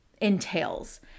entails